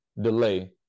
delay